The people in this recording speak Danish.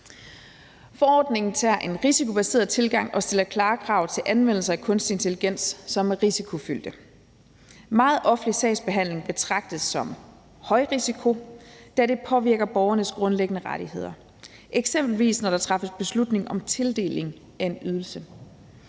Forordningen tager en risikobaseret tilgang og stiller klare krav til anvendelser af kunstig intelligens, som er risikofyldte. Meget offentlig sagsbehandling betragtes som højrisikofyldt, da det påvirker borgernes grundlæggende rettigheder, eksempelvis når der træffes beslutning om tildeling af en ydelse.